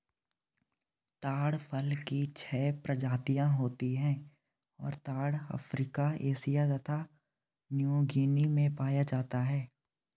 ताड़ फल की छह प्रजातियाँ होती हैं और ताड़ अफ्रीका एशिया तथा न्यूगीनी में पाया जाता है